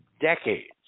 decades